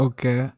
Okay